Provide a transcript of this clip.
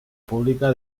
pública